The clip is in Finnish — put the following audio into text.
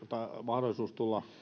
mahdollisuus tulla